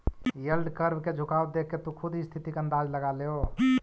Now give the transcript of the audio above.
yield curve के झुकाव देखके तु खुद ही स्थिति के अंदाज लगा लेओ